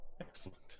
Excellent